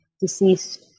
deceased